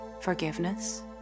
forgiveness